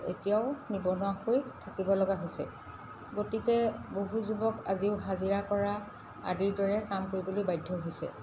এতিয়াও নিবনুৱা হৈ থাকিব লগা হৈছে গতিকে বহু যুৱক আজিও হাজিৰা কৰা আদিৰ দৰে কাম কৰিবলৈ বাধ্য হৈছে